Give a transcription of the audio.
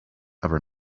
ever